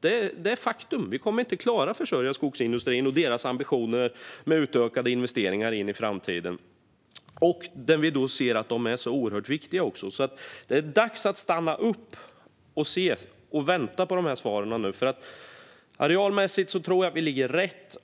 Det är ett faktum. Vi kommer inte att klara att försörja skogsindustrin och dess ambitioner med utökade investeringar in i framtiden. Vi ser också att de är oerhört viktiga. Det är dags att stanna upp och vänta på svaren. Arealmässigt tror jag att vi ligger rätt.